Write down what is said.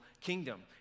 kingdom